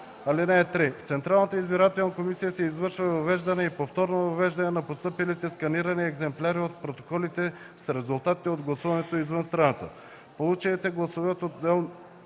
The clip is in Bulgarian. (3) В Централната избирателна комисия се извършва въвеждане и повторно въвеждане на постъпилите сканирани екземпляри от протоколите с резултатите от гласуването извън страната. Получените гласове за